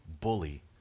bully